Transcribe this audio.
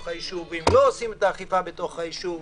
היישוב או לא עושים את האכיפה בתוך היישוב.